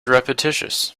repetitious